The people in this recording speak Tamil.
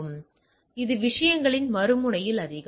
எனவே இது விஷயங்களின் மறுமுனையில் அதிகம்